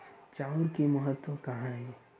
चांउर के महत्व कहां हे?